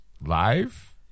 Live